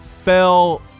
fell